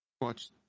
watch